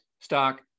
stock